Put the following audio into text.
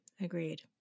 Agreed